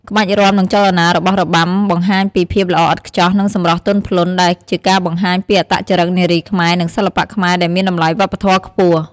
ក្បាច់រាំនិងចលនារបស់របាំបង្ហាញពីភាពល្អឥតខ្ចោះ និងសម្រស់ទន់ភ្លន់ ដែលជាការបង្ហាញពីអត្តចរិតនារីខ្មែរ និងសិល្បៈខ្មែរដែលមានតម្លៃវប្បធម៌ខ្ពស់។